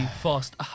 fast